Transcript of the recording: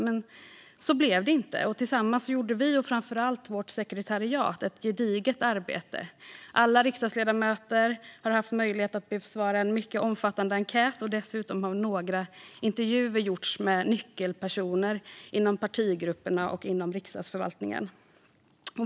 Men så blev det inte. Tillsammans har vi och framför allt vårt sekretariat gjort ett gediget arbete. Alla riksdagsledamöter har haft möjlighet att besvara en mycket omfattande enkät, och dessutom har intervjuer gjorts med nyckelpersoner inom partigrupperna och Riksdagsförvaltningen.